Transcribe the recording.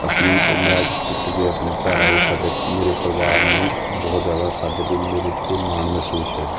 ਅਸੀਂ ਉਹ ਮੈਚ ਜਿੱਤ ਕੇ ਆਪਣੇ ਘਰ ਆਏ ਸਾਡੇ ਮੇਰੇ ਪਰਿਵਾਰ ਨੂੰ ਬਹੁਤ ਜ਼ਿਆਦਾ ਸਾਡੇ 'ਤੇ ਮੇਰੇ 'ਤੇ ਮਾਣ ਮਹਿਸੂਸ ਹੋਇਆ